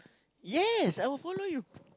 yes I will follow you